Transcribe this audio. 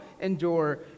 endure